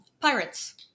Pirates